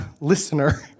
listener